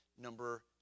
number